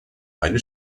eine